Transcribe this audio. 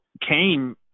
Cain